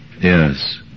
Yes